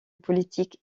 politique